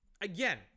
again